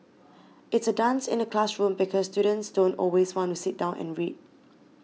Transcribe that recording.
it's a dance in the classroom because students don't always want to sit down and read